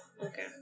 okay